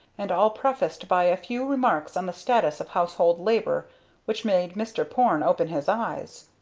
and all prefaced by a few remarks on the status of household labor which made mr. porne open his eyes.